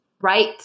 Right